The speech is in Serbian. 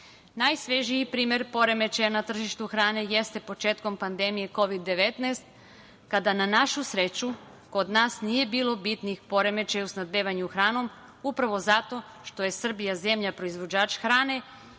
Najsvežiji primer poremećaja na tržištu hrane jeste početkom pandemije Kovid-19 kada, na našu sreću, kod nas nije bilo bitnih poremećaja u snabdevanju hranom, upravo zato što je Srbija zemlja proizvođač hrane